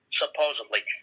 supposedly